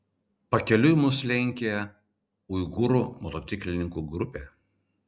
pakeliui mus lenkė uigūrų motociklininkų grupė